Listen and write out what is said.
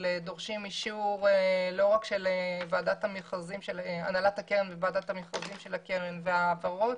דורשים אישור לא רק של הנהלת הקרן וועדת המכרזים של הקרן והעברות,